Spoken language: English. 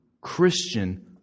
Christian